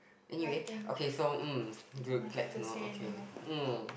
anyway okay so hmm good glad to know okay hmm